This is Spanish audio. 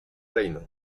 reino